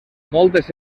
moltes